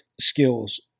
skills